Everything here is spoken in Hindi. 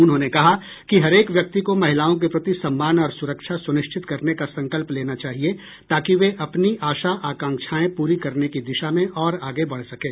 उन्होंने कहा कि हरेक व्यक्ति को महिलाओं के प्रति सम्मान और सुरक्षा सुनिश्चित करने का संकल्प लेना चाहिए ताकि वे अपनी आशा आकांक्षाएं प्ररी करने की दिशा में ओर आगे बढ़ सकें